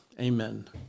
Amen